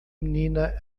menina